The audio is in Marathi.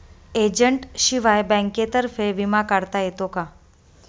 एजंटशिवाय बँकेतर्फे विमा काढता येतो का?